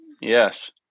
yes